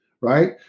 right